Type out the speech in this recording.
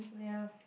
ya